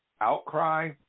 outcry